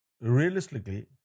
realistically